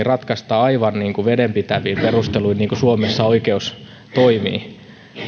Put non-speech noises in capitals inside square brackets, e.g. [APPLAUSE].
[UNINTELLIGIBLE] ratkaista aivan vedenpitävin perusteluin niin kuin suomessa oikeus toimii